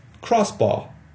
crossbar